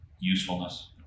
usefulness